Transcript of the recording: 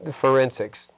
forensics